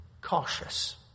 Cautious